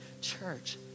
church